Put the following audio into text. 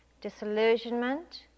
disillusionment